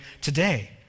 today